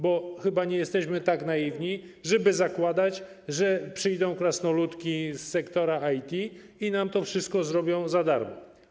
Bo chyba nie jesteśmy tak naiwni, żeby zakładać, że przyjdą krasnoludki z sektora IT i nam to wszystko zrobią za darmo.